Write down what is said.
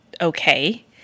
okay